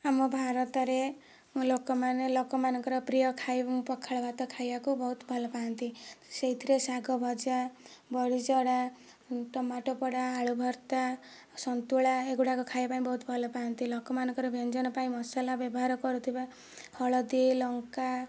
ଆମ ଭାରତରେ ଲୋକମାନେ ଲୋକମାନଙ୍କର ପ୍ରିୟ ଖାଇବା ପଖାଳ ଭାତ ଖାଇବାକୁ ବହୁତ ଭଲ ପାଆନ୍ତି ସେହିଥିରେ ଶାଗଭଜା ବଡ଼ିଚୁରା ଟମାଟୋ ପୋଡ଼ା ଆଳୁ ଭର୍ତ୍ତା ସନ୍ତୁଳା ଏଗୁଡ଼ାକ ଖାଇବାପାଇଁ ବହୁତ ଭଲ ପାଆନ୍ତି ଲୋକମାନଙ୍କର ବ୍ୟଞ୍ଜନ ପାଇଁ ମସଲା ବ୍ୟବହାର କରୁଥିବା ହଳଦୀ ଲଙ୍କା